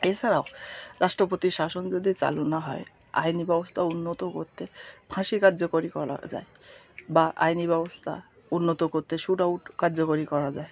এছাড়াও রাষ্ট্রপতির শাসন যদি চালু না হয় আইনি ব্যবস্থা উন্নত করতে ফাঁসি কার্যকরী করা যায় বা আইনি ব্যবস্থা উন্নত করতে শ্যুট আউট কার্যকরী করা যায়